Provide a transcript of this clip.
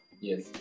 Yes